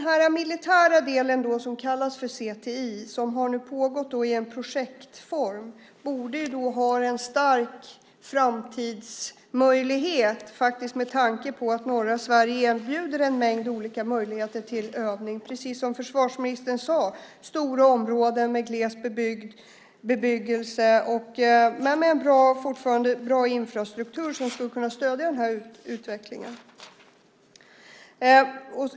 Den militära delen, CTI, som har pågått i projektform, borde ha en stark framtidsmöjlighet med tanke på att norra Sverige erbjuder en mängd olika möjligheter till övning, precis som försvarsministern sade - stora, glest bebyggda områden med en bra infrastruktur som skulle kunna stödja utvecklingen.